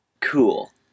Cool